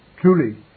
Truly